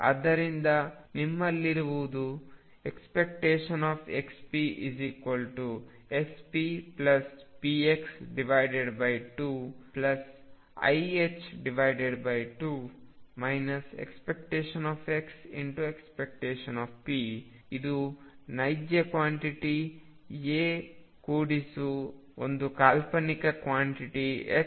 ಆದ್ದರಿಂದ ನಿಮ್ಮಲ್ಲಿರುವುದು⟨xp⟩⟨xppx⟩2iℏ2 ⟨x⟩⟨p⟩ ಇದು ನೈಜ ಕ್ವಾಂಟಿಟಿ a ಕೂಡಿಸು ಒಂದು ಕಾಲ್ಪನಿಕ ಕ್ವಾಂಟಿಟಿ 2